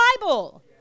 Bible